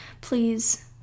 Please